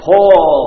Paul